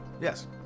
Yes